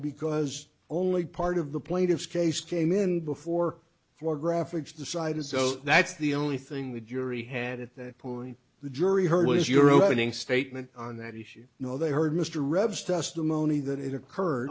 because only part of the plaintiff's case came in before for graphics decided so that's the only thing the jury had at that point the jury heard was your opening statement on that issue no they heard mr rebs testimony that it occurred